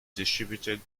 distributed